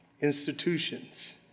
institutions